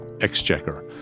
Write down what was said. exchequer